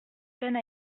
peine